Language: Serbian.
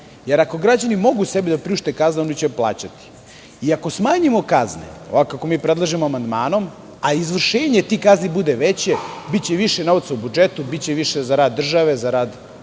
Ako građani mogu sebi da priušte kazne, oni će je plaćati. Ako smanjimo kazne, ovako kako mi predlažemo amandmanom, a izvršenje tih kazni bude veće, biće više novca u budžetu, biće više za rad države, za rad